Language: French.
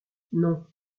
non